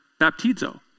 baptizo